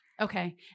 Okay